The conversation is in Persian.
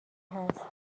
هست